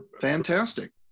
Fantastic